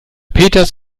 peters